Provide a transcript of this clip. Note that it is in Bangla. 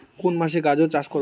কোন মাসে গাজর চাষ করব?